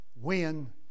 win